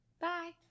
Bye